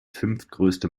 fünftgrößte